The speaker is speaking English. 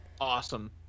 awesome